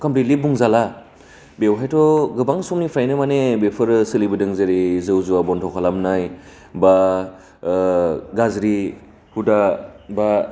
completely बुंजाला बेवहायथ' गोबां समनिफ्रायनो माने बेफोरो सोलिबोदों जेरै जौ जुवा बन्द' खालामनाय बा ओ गज्रि हुदा बा